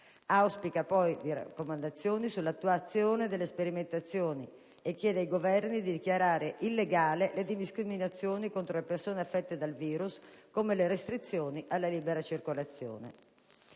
Auspica poi raccomandazioni sull'attuazione delle sperimentazioni e chiede ai Governi di dichiarare illegale le discriminazioni contro persone affette dal virus, come le restrizioni alla libera circolazione.